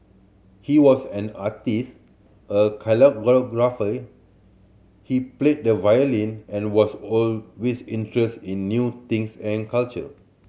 he was an artist a he played the violin and was always interested in new things and culture